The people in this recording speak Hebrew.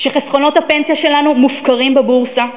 כשחסכונות הפנסיה שלנו מופקרים בבורסה,